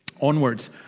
onwards